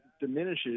diminishes